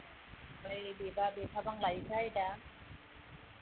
ओमफ्राय बेबा बेसेबां लायो थाय दा